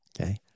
okay